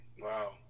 Wow